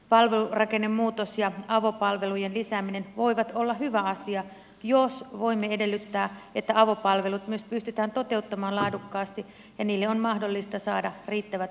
palvelurakennemuutos ja avopalvelujen lisääminen voivat olla hyvä asia jos voimme edellyttää että avopalvelut myös pystytään toteuttamaan laadukkaasti ja niille on mahdollista saada riittävät resurssit